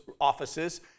offices